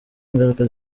ngaruka